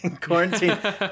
Quarantine